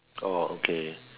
oh okay